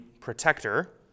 protector